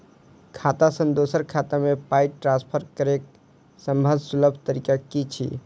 खाता सँ दोसर खाता मे पाई ट्रान्सफर करैक सभसँ सुलभ तरीका की छी?